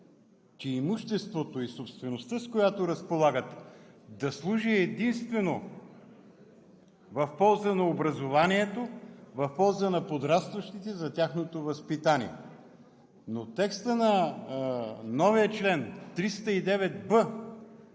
че имуществото и собствеността, с която разполагат, да служи единствено в полза на образованието, в полза на подрастващите за тяхното възпитание. Но текстът на новия чл. 309б